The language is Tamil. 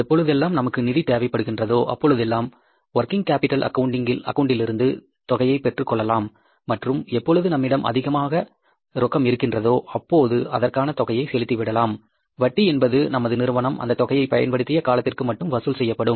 எப்பொழுதெல்லாம் நமக்கு நிதி தேவைப்படுகின்றதோ அப்பொழுதெல்லாம் ஒர்கிங் கேப்பிடல் அக்கவுண்ட்டிலிருந்து தொகையை பெற்றுக்கொள்ளலாம் மற்றும் எப்பொழுது நம்மிடம் அதிகமான ரொக்கம் இருக்கின்றதோ அப்போது அதற்கான தொகையை செலுத்திவிடலாம் வட்டி என்பது நமது நிறுவனம் அந்த தொகையை பயன்படுத்திய காலத்திற்கு மட்டும் வசூல் செய்யப்படும்